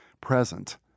present